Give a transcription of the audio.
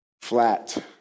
flat